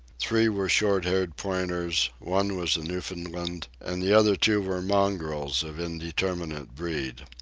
three were short-haired pointers, one was a newfoundland, and the other two were mongrels of indeterminate breed.